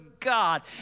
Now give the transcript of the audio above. God